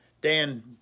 Dan